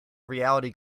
reality